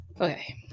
Okay